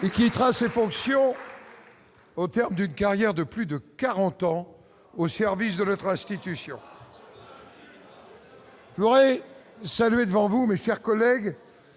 Et quittera ses fonctions. Au terme d'une carrière de plus de 40 ans au service de notre institution. Aurait salué devant vous, mais sert collègues